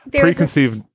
preconceived